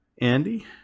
Andy